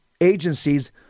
agencies